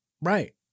right